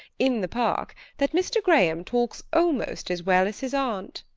in the park, that mr. graham talks almost as well as his aunt.